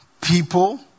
people